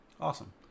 Awesome